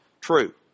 True